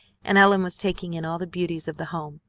and ellen was taking in all the beauties of the home.